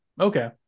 Okay